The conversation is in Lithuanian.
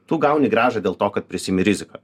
tu gauni grąžą dėl to kad prisiimi riziką